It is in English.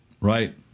Right